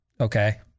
Okay